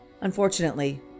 Unfortunately